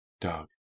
Doug